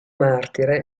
martire